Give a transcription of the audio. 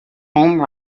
home